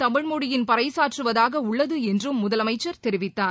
தமிழ்மொழியின் பறைசாற்றுவதாக உள்ளது என்றும் முதலமைச்சர் தெரிவித்தார்